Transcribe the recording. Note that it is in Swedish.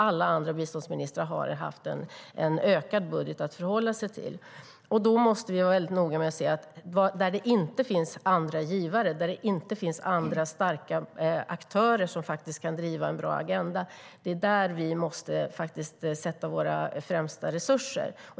Alla andra biståndsministrar har haft en ökad budget att förhålla sig till. Då måste vi vara väldigt noga med att säga att det är där det inte finns andra givare, där det inte finns andra starka aktörer som kan driva en bra agenda, som vi måste sätta in våra främsta resurser.